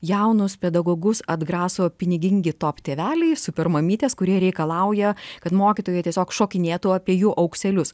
jaunus pedagogus atgraso pinigingi top tėveliai super mamytės kurie reikalauja kad mokytojai tiesiog šokinėtų apie jų aukselius